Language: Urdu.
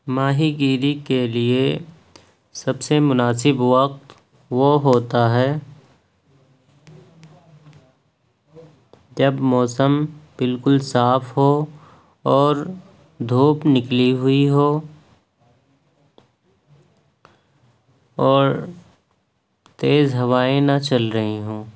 ماہی گیری کے لیے سب سے مناسب وقت وہ ہوتا ہے جب موسم بالکل صاف ہو اور دھوپ نکلی ہوئی ہو اور تیز ہوائیں نہ چل رہی ہوں